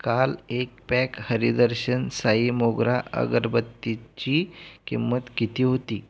काल एक पॅक हरीदर्शन साई मोगरा अगरबत्तीची किंमत किती होती